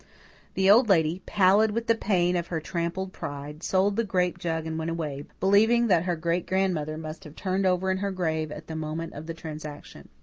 the old lady, pallid with the pain of her trampled pride, sold the grape jug and went away, believing that her great-grandmother must have turned over in her grave at the moment of the transaction.